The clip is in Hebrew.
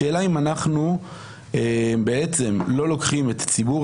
השאלה אם אנחנו בעצם לא לוקחים את ציבור